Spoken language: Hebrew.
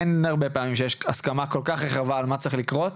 אין הרבה פעמים שיש הסכמה כל כך רחבה על מה שצריך לקרות.